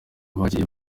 bagiye